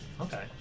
Okay